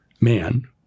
man